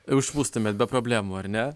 užpūstumėt be problemų ar ne